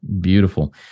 beautiful